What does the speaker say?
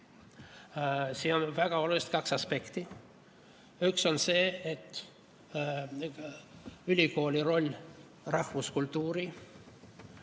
siin on väga olulised kaks aspekti. Üks on ülikooli roll rahvuskultuuri